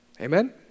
Amen